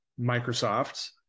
Microsoft